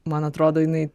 man atrodo jinai